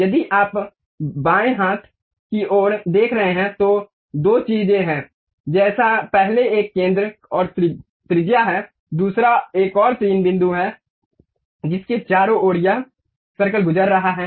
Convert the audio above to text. यदि आप आह बाएं हाथ की ओर देख रहे हैं तो दो चीजें हैं जैसे पहला एक केंद्र और त्रिज्या है दूसरा एक कुछ तीन बिंदु हैं जिसके चारों ओर यह सर्कल गुजर रहा है